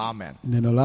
Amen